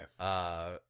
Okay